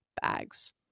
bags